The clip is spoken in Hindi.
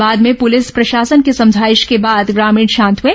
बाद में पुलिस प्रशासन की समझाइश के बाद ग्रामीण शांत हुए